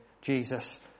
Jesus